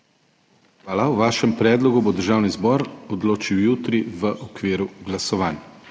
Hvala. O vašem predlogu bo Državni zbor odločil jutri v okviru glasovanj.